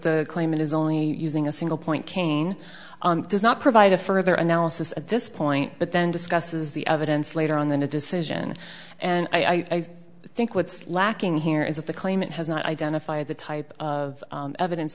the claimant is only using a single point king does not provide a further analysis at this point but then discusses the evidence later on than a decision and i think what's lacking here is that the claimant has not identified the type of evidence